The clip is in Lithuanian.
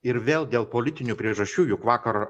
ir vėl dėl politinių priežasčių juk vakar